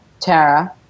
Tara